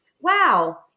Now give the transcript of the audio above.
wow